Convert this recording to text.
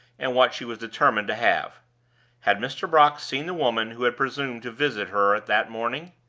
and what she was determined to have had mr. brock seen the woman who had presumed to visit her that morning?